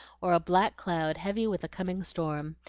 or a black cloud heavy with a coming storm,